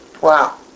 wow